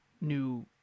new